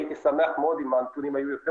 הייתי שמח מאוד אם הנתונים היו יותר